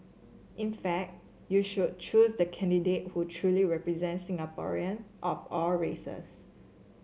in fact you should choose the candidate who truly represents Singaporeans of all races